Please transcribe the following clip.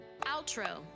Outro